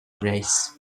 grace